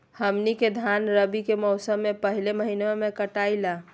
हमनी के धान रवि के मौसम के पहले महिनवा में कटाई ला